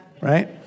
Right